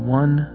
one